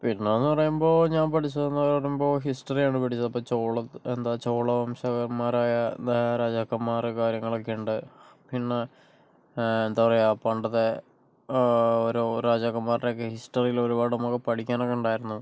പിന്നെന്ന് പറയുമ്പോൾ ഞാൻ പഠിച്ചത്ന്ന് പറയുമ്പോൾ ഹിസ്റ്ററിയാണ് പഠിച്ചത് അപ്പോൾ ചോള എന്താ ചോള വംശകന്മാരായ രാജാക്കന്മാരെ കാര്യങ്ങളൊക്കെണ്ട് പിന്നെ എന്താ പറയുക പണ്ടത്തെ ഓരോ രാജാക്കന്മാരെയൊക്കെ ഹിസ്റ്ററിയില് ഒരുപാട് നമുക്ക് പഠിക്കാനൊക്കെ ഉണ്ടായിരുന്നു